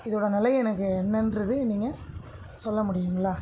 இதோடய நிலைய எனக்கு என்னன்றது நீங்கள் சொல்ல முடியுங்களா